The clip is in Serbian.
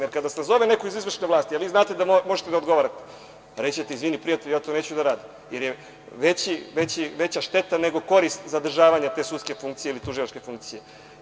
Jer, kada vas nazove neko iz izvršne vlasti, a vi znate da možete da odgovarate, reći ćete, izvini prijatelju ja to neću da radim, jer je veća šteta nego korist zadržavanje te sudske funkcije ili tužilačke funkcije.